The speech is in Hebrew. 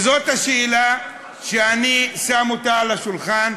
זאת השאלה שאני שם על השולחן,